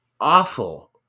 awful